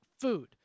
food